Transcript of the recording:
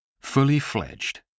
Fully-fledged